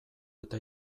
eta